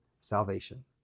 salvation